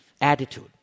attitude